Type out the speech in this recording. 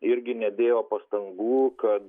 irgi nedėjo pastangų kad